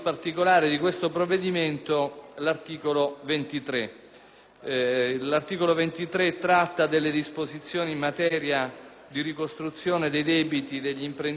che tratta delle disposizioni in materia di ricostruzione dei debiti degli imprenditori agricoli della Regione Sardegna: